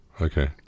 Okay